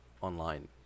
online